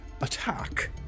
attack